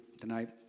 tonight